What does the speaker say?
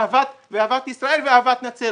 אהבת ישראל ואהבת נצרת